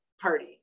party